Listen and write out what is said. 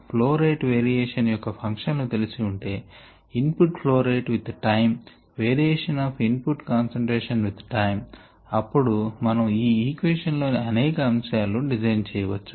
flow rate variation యొక్క function లు తెలిసి ఉంటే input flow rate with time variation of input concentration with time అప్పుడు మనము ఈ ఈక్వేషన్ లోని అనేక అంశాలను డిజైన్ చేయొచ్చు